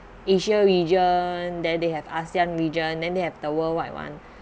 asia region then they have asean region then they have the worldwide [one]